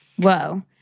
whoa